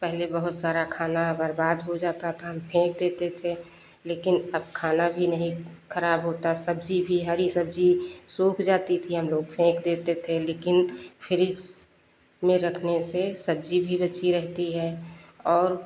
पहले बहुत सारा खाना बर्बाद हो जाता था फेंक देते थे लेकिन अब खाना भी नहीं खराब होता सब्जी भी हरी सब्जी सूख जाती थी हम लोग फेंक देते थे लेकिन फ्रिज में रखने से सब्जी भी बची रहती है और